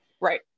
Right